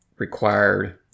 Required